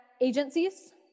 agencies